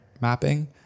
mapping